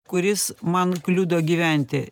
kuris man kliudo gyventi